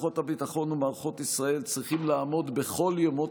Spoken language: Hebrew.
כוחות הביטחון ומערכות ישראל צריכים לעמוד בכל ימות